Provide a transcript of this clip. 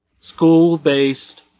school-based